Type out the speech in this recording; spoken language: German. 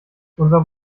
unser